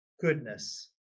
goodness